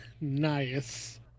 Nice